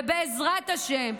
בעזרת השם,